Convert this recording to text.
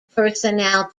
personnel